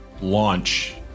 launch